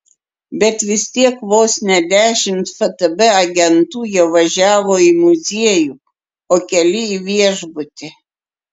bet vis tiek vos ne dešimt ftb agentų jau važiavo į muziejų o keli į viešbutį